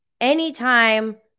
anytime